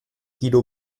guido